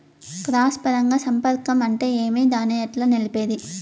Cross పరాగ సంపర్కం అంటే ఏమి? దాన్ని ఎట్లా నిలిపేది?